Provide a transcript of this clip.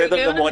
בסדר גמור.